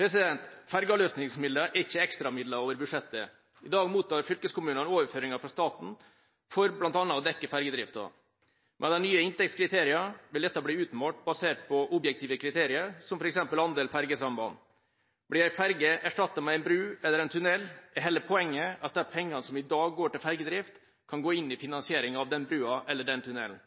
Fergeavløsningsmidler er ikke ekstramidler over budsjettet. I dag mottar fylkeskommunene overføringer fra staten for bl.a. å dekke fergedriften. Med de nye inntektskriteriene vil dette bli utmålt basert på objektive kriterier, som f.eks. andel fergesamband. Blir en ferge erstattet med en bro eller en tunnel, er hele poenget at de pengene som i dag går til fergedrift, kan gå inn i finansieringen av den broen eller den tunnelen.